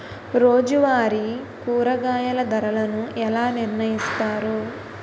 రోజువారి కూరగాయల ధరలను ఎలా నిర్ణయిస్తారు?